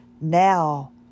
Now